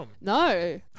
No